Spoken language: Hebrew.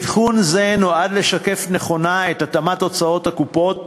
עדכון זה נועד לשקף נכונה את התאמת הוצאות הקופות